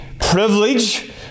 privilege